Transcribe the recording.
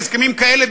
בהסכמים כאלה,